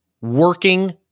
working